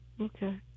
Okay